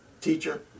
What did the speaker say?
teacher